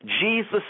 Jesus